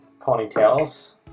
ponytails